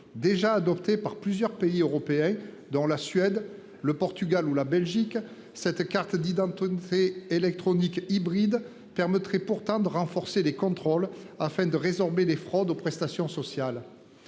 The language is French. Déjà adopté par plusieurs pays européens dont la Suède, le Portugal ou la Belgique. Cette carte d'identité, une fée électronique Hybrid permettrait pourtant de renforcer les contrôles afin de résorber les fraudes aux prestations sociales.